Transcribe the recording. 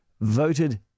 voted